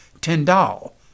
Tyndall